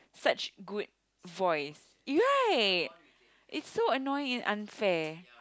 such good voice right it's so annoying and unfair